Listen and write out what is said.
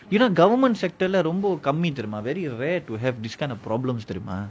என்ன:enna government sector ரொம்ப கம்மி தெரியுமா:romba kammi teriyuma very rare to have this kind of problems தெரியுமா:teriyuma